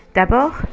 D'abord